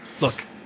look